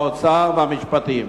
האוצר והמשפטים.